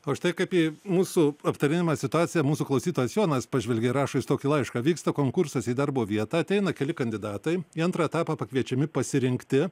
o štai kaip į mūsų aptariamą situaciją mūsų klausytojas jonas pažvelgė rašo jis tokį laišką vyksta konkursas į darbo vietą ateina keli kandidatai į antrą etapą pakviečiami pasirinkti